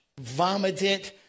vomited